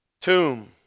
tomb